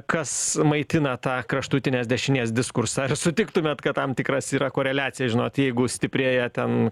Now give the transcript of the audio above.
kas maitina tą kraštutinės dešinės diskursą ar sutiktumėt kad tam tikras yra koreliacija žinot jeigu stiprėja ten